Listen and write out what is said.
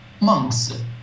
monks